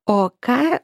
o ką